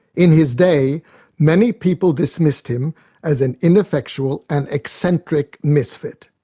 in his day many people dismissed him as an ineffectual and eccentric misfit.